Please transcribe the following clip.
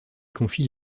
confie